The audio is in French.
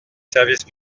services